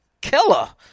killer